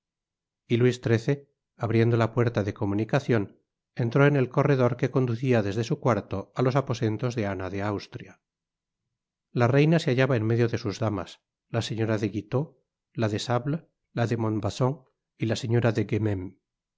y luis xiii abriendo la puerta de comunicacion entró en el corredor que conducia desde su cuarto á los aposentos de ana de austria la reina se hallaba en medio de sus damas la señora de guitaut la de sable la de montbazon y la señora de guemene